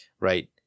right